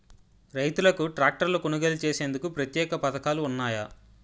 రైతులకు ట్రాక్టర్లు కొనుగోలు చేసేందుకు ప్రత్యేక పథకాలు ఉన్నాయా?